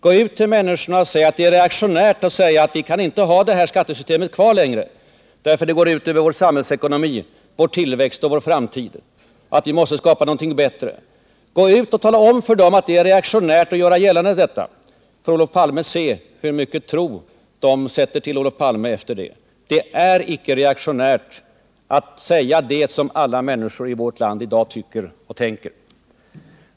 Gå ut till människorna och säg att det är reaktionärt att påstå att vi inte kan ha det här skattesystemet längre, eftersom det går ut över vår samhällsekonomi, vår tillväxt och vår framtid och att vi måste skapa någonting bättre. Gå ut och tala om för dem att det är reaktionärt att göra detta gällande. Då får ni se hur mycket tro folk därefter sätter till Olof Palme. Det är icke reaktionärt att säga det som alla människor i vårt land i dag tycker och tänker.